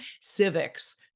civics